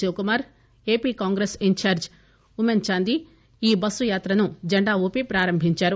Shivakumar AP Congress incharge Oommen Chandy ఈ bus యాత్రను జెండా ఊపి ప్రారంభించారు